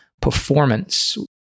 performance